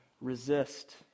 resist